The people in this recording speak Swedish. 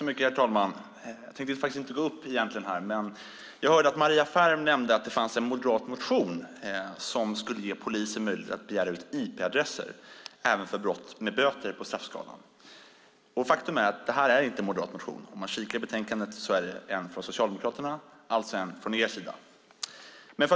Herr talman! Jag hade egentligen inte tänkt gå upp i den här debatten, men jag hörde Maria Ferm nämna att det fanns en moderatmotion om att ge polisen möjlighet att begära ut IP-adresser även för brott med böter på straffskalan. Faktum är att det inte är en moderatmotion. Av betänkandet framgår att det är en motion av Socialdemokraterna, alltså från er sida, Maria Ferm.